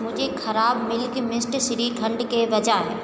मुझे खराब Milky Mist shrikhand के बजाय